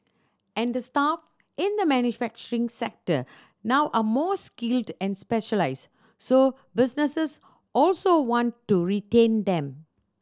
and the staff in the manufacturing sector now are more skilled and specialised so businesses also want to retain them